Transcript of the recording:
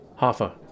Hoffa